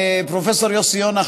פרופ' יוסי יונה,